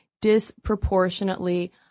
disproportionately